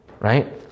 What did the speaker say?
Right